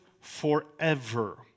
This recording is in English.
forever